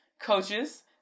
Coaches